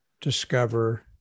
discover